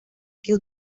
que